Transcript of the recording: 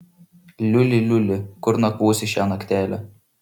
liuli liuli kur nakvosi šią naktelę